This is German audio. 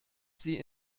sie